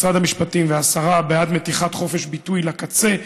משרד המשפטים והשרה בעד מתיחת חופש הביטוי לקצה,